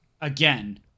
again